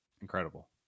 Incredible